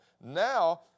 Now